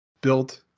built